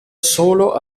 solo